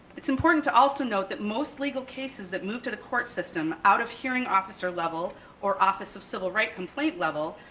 it's important to also note that most legal cases that move to the court system out of hearing officer level or office of civil rights complaint level,